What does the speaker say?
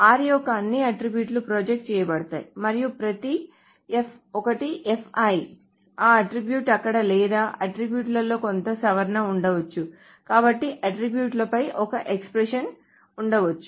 r యొక్క అన్ని attribute project చేయబడతాయి మరియు ప్రతి ఒక్కటి ఆ అట్ట్రిబ్యూట్ అక్కడ లేదా అట్ట్రిబ్యూట్ లలో కొంత సవరణ ఉండవచ్చు కాబట్టి అట్ట్రిబ్యూట్ లపై ఒక ఎక్స్ప్రెషన్ ఉండవచ్చు